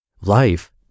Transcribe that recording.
Life